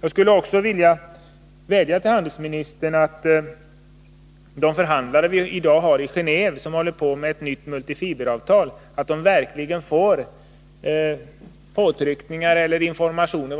Jag skulle också vilja vädja till handelsministern att se till att de förhandlare vi i dag har i G&neve, som sysslar med att utforma ett nytt multifiberavtal, får informationer